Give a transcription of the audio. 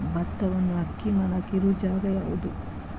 ಭತ್ತವನ್ನು ಅಕ್ಕಿ ಮಾಡಾಕ ಇರು ಜಾಗ ಯಾವುದು?